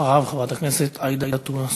אחריו, חברת הכנסת עאידה תומא סלימאן.